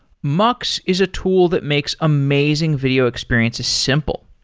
mux is a tool that makes amazing video experiences simple.